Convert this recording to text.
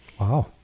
Wow